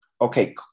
Okay